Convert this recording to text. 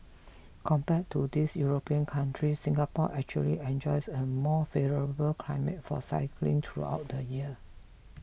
compared to these European countries Singapore actually enjoys a more favourable climate for cycling throughout the year